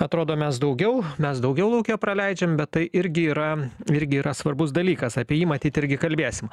atrodo mes daugiau mes daugiau lauke praleidžiam bet tai irgi yra irgi yra svarbus dalykas apie jį matyt irgi kalbėsim